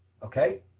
Okay